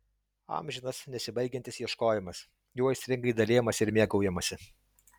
amžinas nesibaigiantis ieškojimas juo aistringai dalijamasi ir mėgaujamasi